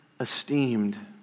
esteemed